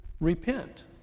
repent